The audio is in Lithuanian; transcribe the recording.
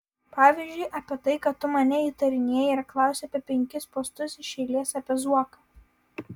pavyzdžiui apie tai kad tu mane įtarinėji ir klausi apie penkis postus iš eilės apie zuoką